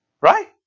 Right